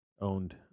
owned